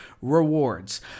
Rewards